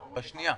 בשנייה.